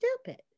stupid